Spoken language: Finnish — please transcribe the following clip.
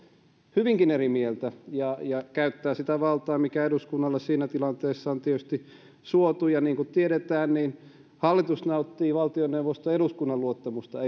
hyvinkin eri mieltä ja ja käyttää sitä valtaa mikä eduskunnalle siinä tilanteessa on tietysti suotu ja niin kuin tiedetään hallitus eli valtioneuvosto nauttii eduskunnan luottamusta